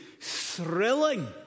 thrilling